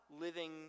living